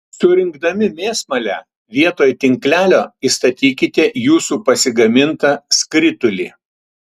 surinkdami mėsmalę vietoj tinklelio įstatykite jūsų pasigamintą skritulį